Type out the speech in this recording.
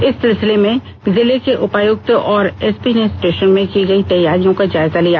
इस सिलसिले में जिले के उपायुक्त और एसपी ने स्टेषन में की गई तैयारियों का जायजा लिया